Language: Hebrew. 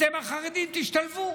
אתם, החרדים, תשתלבו.